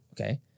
okay